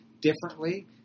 differently